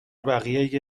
بقیه